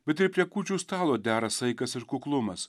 bet ir prie kūčių stalo dera saikas ir kuklumas